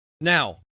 Now